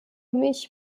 mich